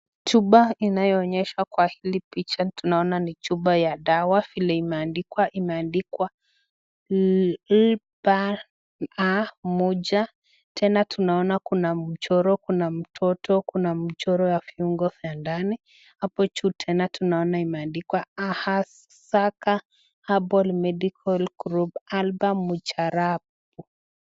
Chupa inayoonyesha kwa hili picha tunaona ni chupa ya dawa vile imeandikwa imeandikwa lba a moja . Tena tunaona kuna mchoro, kuna mtoto, kuna mchoro ya fiongo vya ndani. Hapo juu tena tunaona imeandikwa Ahsaka Herbal Medical Group Albaa Mujarabu .